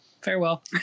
Farewell